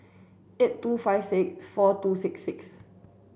eight two five six four two six six